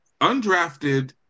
undrafted